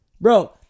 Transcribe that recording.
Bro